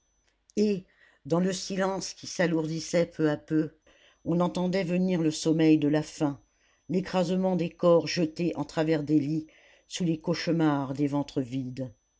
et dans le silence qui s'alourdissait peu à peu on entendait venir le sommeil de la faim l'écrasement des corps jetés en travers des lits sous les cauchemars des ventres vides